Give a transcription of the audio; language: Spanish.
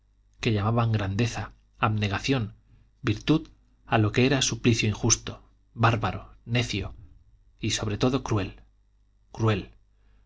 que llamaban grandeza abnegación virtud a lo que era suplicio injusto bárbaro necio y sobre todo cruel cruel